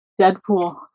Deadpool